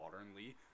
modernly